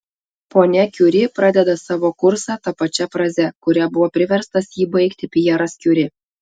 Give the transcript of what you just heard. ponia kiuri pradeda savo kursą ta pačia fraze kuria buvo priverstas jį baigti pjeras kiuri